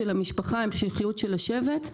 המשפחה, המשכיות של השבט.